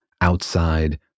outside